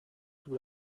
tout